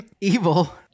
Evil